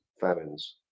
famines